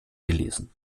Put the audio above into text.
gelesen